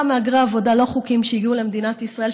אותם מהגרי עבודה לא חוקיים שהגיעו למדינת ישראל,